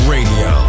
Radio